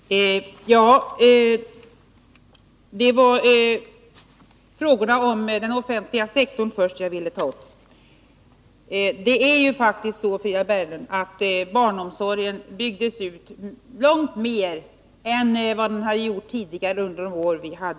Herr talman! Jag vill först återkomma till frågorna kring den offentliga sektorn och säga till Frida Berglund att under de år vi hade regeringsansvaret byggdes barnomsorgen ut långt mer än man gjort tidigare. Det är ett ostridigt faktum.